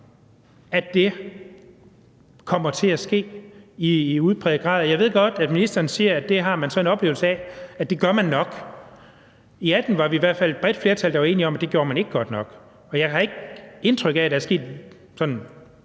at det kommer til at ske i udpræget grad. Jeg ved godt, at ministeren siger, at det har hun så en oplevelse af at man nok gør. I 2018 var vi i hvert fald et bredt flertal, der var enige om, at det gjorde man ikke godt nok. Og jeg har ikke indtryk af, at der er sket sådan